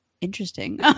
interesting